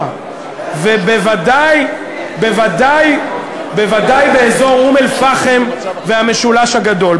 באזורך ובוודאי באזור אום-אלפחם והמשולש הגדול,